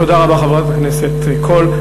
תודה רבה, חברת הכנסת קול.